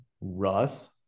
Russ